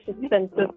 expensive